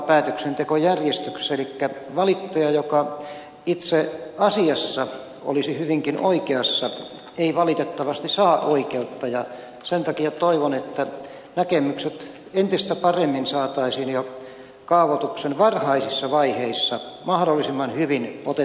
elikkä valittaja joka itse asiassa olisi hyvinkin oikeassa ei valitettavasti saa oikeutta ja sen takia toivon että näkemykset entistä paremmin saataisiin jo kaavoituksen varhaisissa vaiheissa mahdollisimman hyvin otettua huomioon